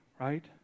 right